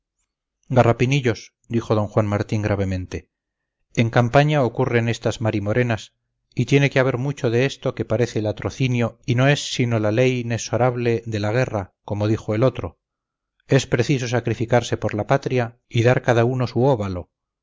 hacienda garrapinillos dijo d juan martín gravemente en campaña ocurren estas marimorenas y tiene que haber mucho de esto que parece latrocinio y no es sino la ley nesorable de la guerra como dijo el otro es preciso sacrificarse por la patria y dar cada uno su óbalo